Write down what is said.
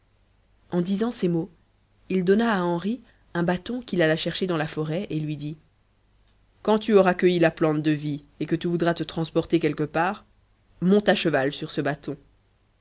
en disant ces mots il donna à henri un bâton qu'il alla chercher dans la forêt et lui dit quand tu auras cueilli la plante de vie et que tu voudras te transporter quelque part monte à cheval sur ce bâton